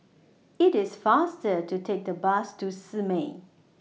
IT IS faster to Take The Bus to Simei